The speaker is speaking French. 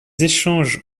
échanges